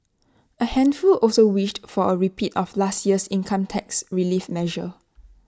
A handful also wished for A repeat of last year's income tax relief measure